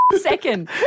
second